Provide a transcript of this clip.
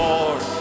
Lord